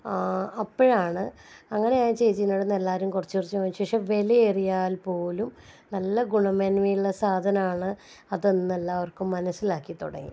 അപ്പോഴാണ് അങ്ങനെ ആ ചേച്ചീടെ അടുത്തുന്നു എല്ലാവരും കുറച്ചു കുറച്ച് വാങ്ങിച്ച ശേഷം വിലയേറിയാൽ പോലും നല്ല ഗുണമേന്മയുള്ള സാധനമാണ് അതെന്ന് എല്ലാവർക്കും മനസ്സിലാക്കി തുടങ്ങി